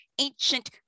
ancient